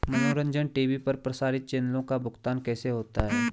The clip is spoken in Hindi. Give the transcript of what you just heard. मनोरंजन टी.वी पर प्रसारित चैनलों का भुगतान कैसे होता है?